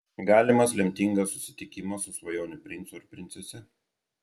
galimas lemtingas susitikimas su svajonių princu ar princese